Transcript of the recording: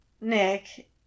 Nick